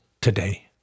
today